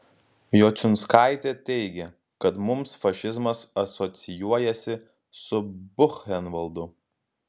jociunskaitė teigė kad mums fašizmas asocijuojasi su buchenvaldu